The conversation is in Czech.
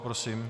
Prosím.